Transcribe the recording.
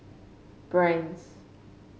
Brand's